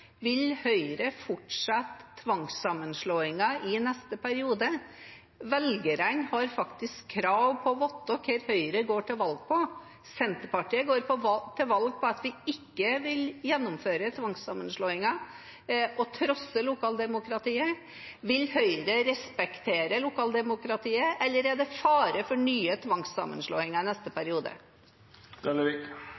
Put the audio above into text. Vil Høyre fortsette tvangssammenslåingene i neste periode? Velgerne har faktisk krav på å vite hva Høyre går til valg på. Senterpartiet går til valg på at vi ikke vil gjennomføre tvangssammenslåinger og trosse lokaldemokratiet. Vil Høyre respektere lokaldemokratiet, eller er det fare for nye tvangssammenslåinger i neste